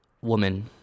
woman